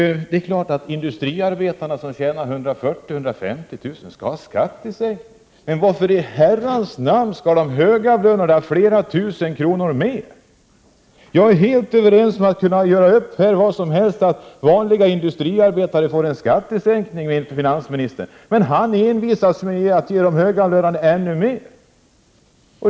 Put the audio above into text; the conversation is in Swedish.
Det är klart att en industriarbetare som tjänar 140 000-150 000 kr. skall ha skattesänkning, men varför i herrans namn skall de högavlönade ha flera tusen kronor mer i skattesänkning? Jag är helt överens med finansministern om, och jag skulle kunna göra upp om det, att vanliga industriarbetare skall få en skattesänkning, men finansministern envisas med att vilja ge de högavlönade ännu mer.